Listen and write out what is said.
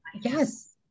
yes